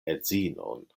edzinon